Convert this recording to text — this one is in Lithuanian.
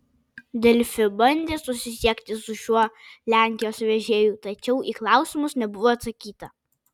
delfi bandė susisiekti su šiuo lenkijos vežėju tačiau į klausimus nebuvo atsakyta